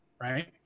right